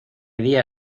día